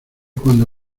cuando